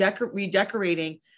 redecorating